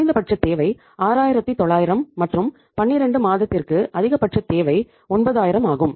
குறைந்தபட்ச தேவை 6900 மற்றும் 12 மாதத்திற்கு அதிகபட்ச தேவை 9000 ஆகும்